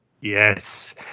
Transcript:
Yes